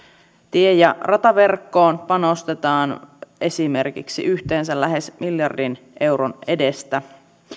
tie ja rataverkkoon panostetaan esimerkiksi yhteensä lähes miljardin euron edestä